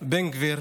בן גביר